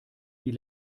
die